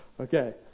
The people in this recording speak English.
Okay